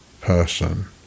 person